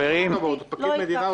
עם כל הכבוד הוא פקיד מדינה,